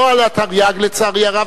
לא על התרי"ג לצערי הרב,